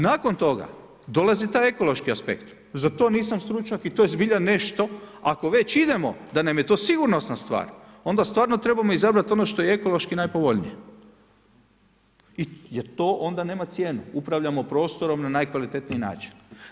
Nakon toga, dolazi taj ekološki aspekt, za to nisam stručnjak i to je zbilja nešto ako već idemo da nam je to sigurnosna stvar, onda stvarno trebamo izbrati ono što je ekološki najpovoljnije jer to onda nema cijenu, upravljamo prostorom na najkvalitetniji način.